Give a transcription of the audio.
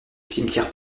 cimetière